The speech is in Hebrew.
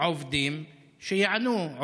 עובדים ועובדות שיענו,